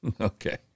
Okay